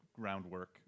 groundwork